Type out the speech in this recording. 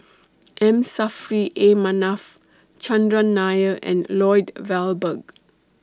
M Saffri A Manaf Chandran Nair and Lloyd Valberg